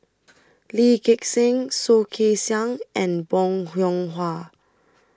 Lee Gek Seng Soh Kay Siang and Bong Hiong Hwa